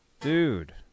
Dude